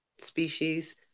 species